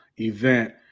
event